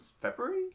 February